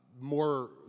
more